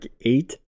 eight